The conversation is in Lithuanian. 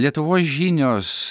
lietuvos žinios